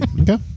Okay